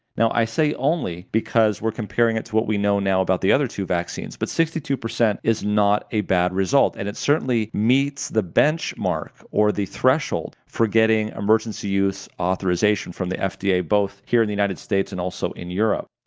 now i say only because we're comparing it to what we know now about the other two vaccines, but sixty two percent is not a bad result. and it certainly meets the benchmark, or the threshold, for getting emergency-use authorization from the fda both here in the united states and also in europe.